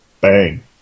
bang